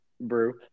brew